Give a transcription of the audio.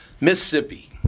Mississippi